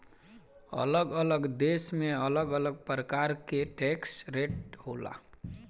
अलग अलग देश में अलग अलग प्रकार के टैक्स के रेट होला